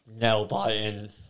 nail-biting